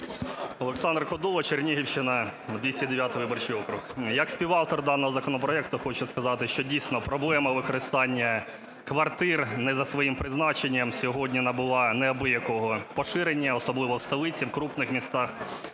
Олександр Кодола, Чернігівщина, 209 виборчий округ. Як співавтор даного законопроекту хочу сказати, що, дійсно, проблема використання квартир не за своїм призначенням сьогодні набула неабиякого поширення, особливо в столиці, в крупних містах.